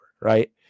right